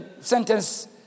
sentence